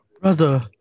Brother